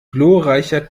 gloreicher